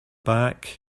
back